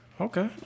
Okay